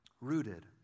Rooted